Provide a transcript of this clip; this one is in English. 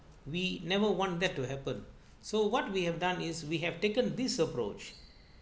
we never want that to happen so what we have done is we have taken this approach